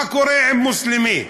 מה קורה עם מוסלמי?